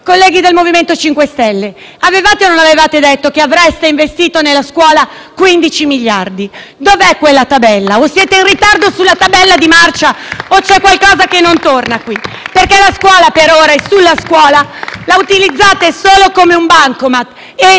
Colleghi del MoVimento 5 Stelle, avevate o no detto che avreste investito nella scuola 15 miliardi? Dov'è quella tabella? Siete in ritardo sulla tabella di marcia o c'è qualcosa che non torna? *(Applausi dal Gruppo PD)*. La scuola per ora la utilizzate solo come un bancomat